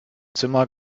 zimmer